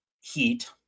heat